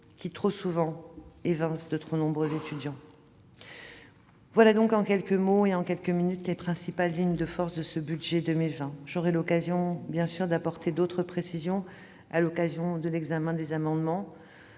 qui, souvent, évincent de trop nombreux étudiants. Voilà en quelques mots et en quelques minutes les principales lignes de force de ce budget pour 2020. J'aurai l'occasion d'apporter d'autres précisions lors de l'examen des amendements.